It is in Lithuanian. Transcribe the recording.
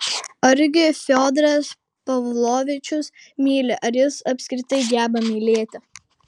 argi fiodoras pavlovičius myli ar jis apskritai geba mylėti